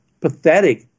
pathetic